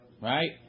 right